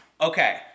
okay